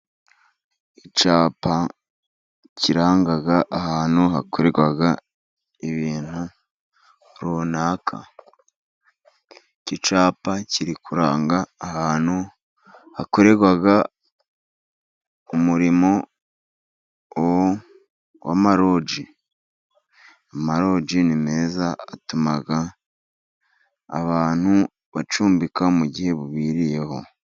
Icyapa kiranga ahantu hakorerwa ibintu runaka, iki cyapa kirikuranga ahantu hakorerwa umurimo w'amaloji. Amaloji ni meza atuma abantu bacumbika mu gihe bubiriyeho.